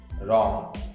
wrong